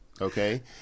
okay